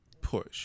push